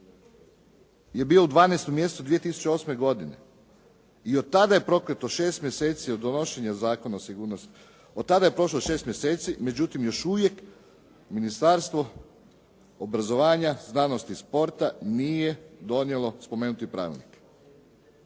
je bio u 12. mjesecu 2008. godine i od tada je proteklo 6 mjeseci od donošenja Zakona o sigurnosti. Od tada je prošlo 6 mjeseci, međutim još uvijek Ministarstvo obrazovanja, znanosti i sporta nije donijelo spomenuti pravilnik.